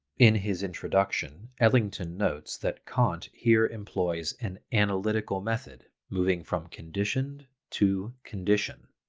in his introduction, ellington notes that kant here employs an analytical method, moving from conditioned to condition.